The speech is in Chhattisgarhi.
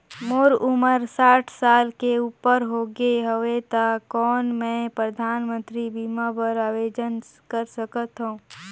मोर उमर साठ साल ले उपर हो गे हवय त कौन मैं परधानमंतरी बीमा बर आवेदन कर सकथव?